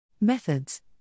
Methods